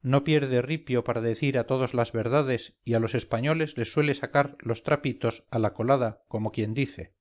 no pierde ripio paradecir a todos las verdades y a los españoles les suele sacar los trapitos a la colada como quien dice